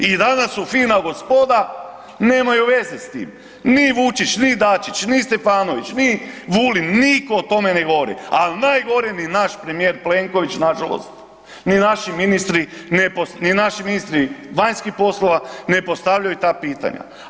I danas su fina gospoda nemaju veze s tim, ni Vučić, ni Dačić, ni Stefanović, ni Vulin, nitko o tome ne govori, ali najgore ni naš premijer Plenković nažalost, ni naši ministri, ni naši ministri vanjskih poslova ne postavljaju ta pitanja.